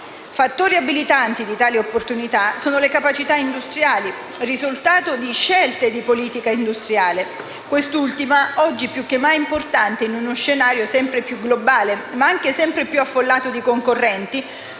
Fattori abilitanti di tali opportunità sono le capacità industriali, risultato di scelte di una politica industriale che oggi più che mai è importante in uno scenario sempre più globale, ma anche sempre più affollato di concorrenti,